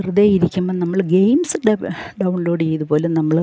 വെറുതെയിരിക്കുമ്പോൾ നമ്മൾ ഗെയിംസ് ഡൗ ഡൗൺലോഡ് ചെയ്തു പോലും നമ്മൾ